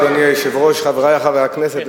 חברי חברי הכנסת,